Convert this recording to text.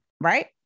right